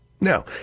Now